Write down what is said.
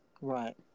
Right